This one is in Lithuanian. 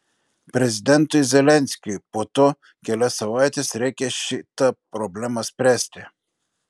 prezidentui zelenskiui po to kelias savaites reikia šitą problemą spręsti